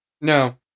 No